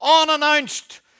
unannounced